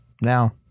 now